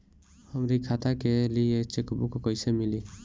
हमरी खाता के लिए चेकबुक कईसे मिली?